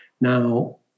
Now